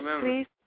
please